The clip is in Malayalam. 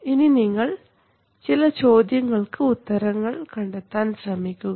ഇനി നിങ്ങൾ ചില ചോദ്യങ്ങൾക്ക് ഉത്തരങ്ങൾ കണ്ടെത്താൻ ശ്രമിക്കുക